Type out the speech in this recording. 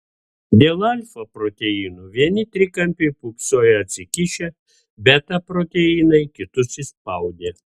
dėl alfa proteinų vieni trikampiai pūpsojo atsikišę beta proteinai kitus įspaudė